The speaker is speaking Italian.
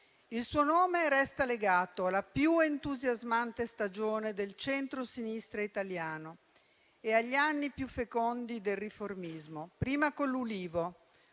Il suo nome resta legato alla più entusiasmante stagione del centrosinistra italiano e agli anni più fecondi del riformismo, prima con l'Ulivo,